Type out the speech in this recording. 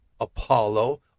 apollo